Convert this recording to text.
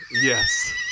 Yes